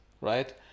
right